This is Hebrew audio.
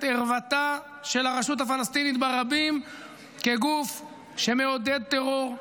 ערוותה של הרשות הפלסטינית ברבים כגוף שמעודד טרור,